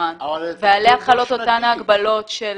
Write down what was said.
כמזומן ועליה חלות אותן הגבלות של